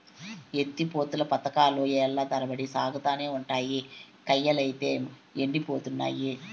ఎత్తి పోతల పదకాలు ఏల్ల తరబడి సాగతానే ఉండాయి, కయ్యలైతే యెండిపోతున్నయి